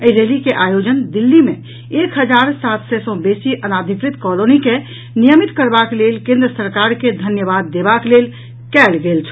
एहि रैली के आयोजन दिल्ली मे एक हजार सात सय सॅ बेसी अनाधिकृत कॉलोनी के नियमित करबाक लेल केन्द्र सरकार के धन्यवाद देबाक लेल कयल गेल छल